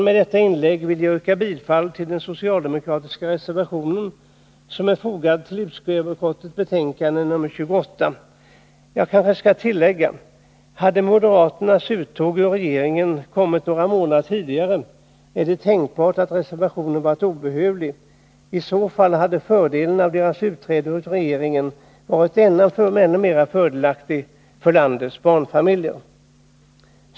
Med detta inlägg vill jag yrka bifall till den socialdemokratiska reservation som är fogad till betänkande nr 28 från socialutskottet. Jag kanske skall tillägga: Hade moderaternas uttåg ur regeringen kommit några månader tidigare, är det tänkbart att reservationen varit obehövlig. I så fall hade deras utträde ur regeringen varit ännu mer fördelaktigt för landets barnfamiljer.